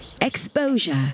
exposure